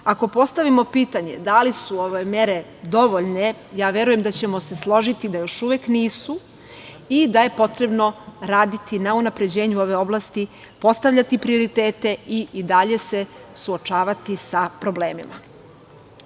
ako postavimo pitanje da li su ove mere dovoljne, ja verujem da ćemo se složiti da još uvek nisu i da je potrebno raditi na unapređenju ove oblasti, postavljati prioritete i dalje se suočavati sa problemima. Mislim